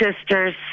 sisters